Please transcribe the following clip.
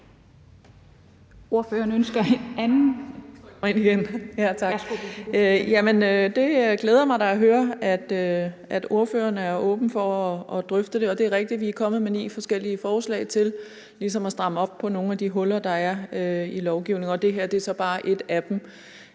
11:37 Brigitte Klintskov Jerkel (KF): Jamen det glæder mig da at høre også, at ordføreren er åben for at drøfte det. Og det er rigtigt, at vi er kommet med ni forskellige forslag til ligesom at stramme op på nogle af de huller, der i lovgivningen – det her er så bare ét af dem